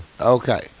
Okay